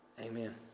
Amen